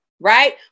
right